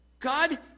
God